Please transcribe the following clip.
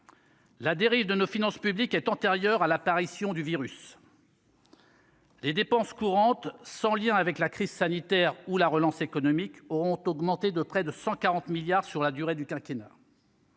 La dérive de nos finances publiques est antérieure à l'apparition du virus. Les dépenses courantes, sans lien avec la crise sanitaire ou la relance économique auront augmenté de près de 140 milliards sur la durée du quinquennat.